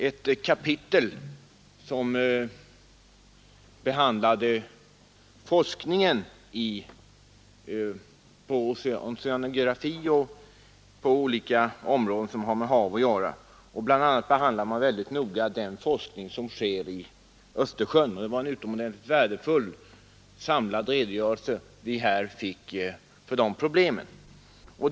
Ett kapitel berörde forskningen inom oceanografin, och på en del andra områden som har med hav att göra, bl a. behandlade man mycket noga den forskning som sker i Östersjön. Det var en utomordentligt värdefull samlad redogörelse för problemen som här lämnades.